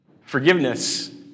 Forgiveness